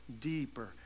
deeper